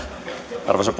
arvoisa